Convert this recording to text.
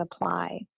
apply